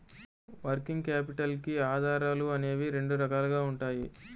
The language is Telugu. వర్కింగ్ క్యాపిటల్ కి ఆధారాలు అనేవి రెండు రకాలుగా ఉంటాయి